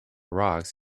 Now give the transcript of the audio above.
rocks